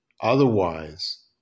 Otherwise